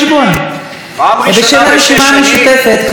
בשם הרשימה המשותפת, חבר הכנסת סעיד אלחרומי.